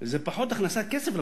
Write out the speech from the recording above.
זה פחות הכנסת כסף לקופה,